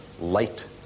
light